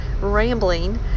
rambling